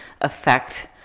affect